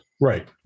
Right